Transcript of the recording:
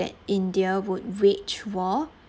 that india would wage war